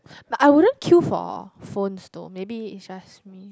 but I wouldn't queue for phones though maybe it's just me